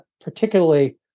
particularly